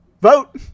vote